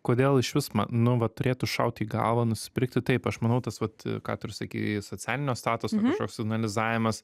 kodėl išvis ma nu va turėtų šauti į galvą nusipirkti taip aš manau tas vat ką tu ir sakei socialinio statuso kažkoks analizavimas